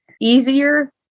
easier